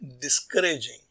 discouraging